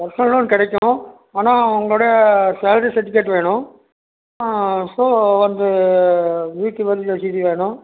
personal loan கிடைக்கும் ஆனால் உங்களோட சேலரி சர்டிஃபிக்கேட் வேணும் ஸோ வந்து வீட்டுவரி ரசீது வேணும்